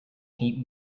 hate